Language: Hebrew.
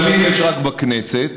פנינה תמנו-שטה, אולי לא הבנתי אותך.